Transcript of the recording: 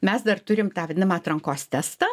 mes dar turim tą vadinamą atrankos testą